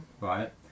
right